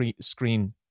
screen